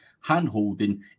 hand-holding